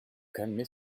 calmer